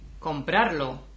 Comprarlo